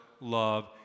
love